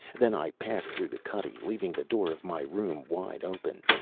then i passed through the cuddy, leaving the door of my room wide open.